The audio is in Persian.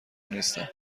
نیستم